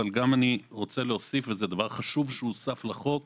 אבל גם אני רוצה להוסיף וזה דבר חשוב שהוסף לחוק,